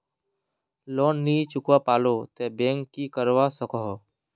Loan नी चुकवा पालो ते बैंक की करवा सकोहो?